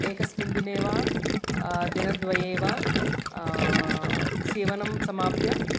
एकस्मिन् दिने वा दिनद्वये वा सीवनं समाप्य